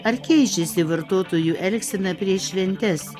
ar keičiasi vartotojų elgsena prieš šventes